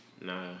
Nah